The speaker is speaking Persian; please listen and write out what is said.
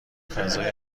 فضای